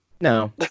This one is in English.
No